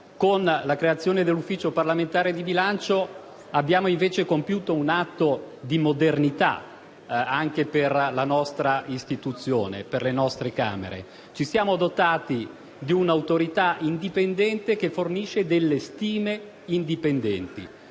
Con la creazione dell'Ufficio parlamentare di bilancio abbiamo, invece, compiuto un atto di modernità per la nostra istituzione e per le nostre Camere. Ci siamo dotati di un'autorità indipendente che fornisce delle stime indipendenti.